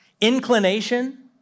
inclination